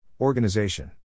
Organization